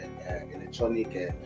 electronic